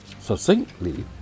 succinctly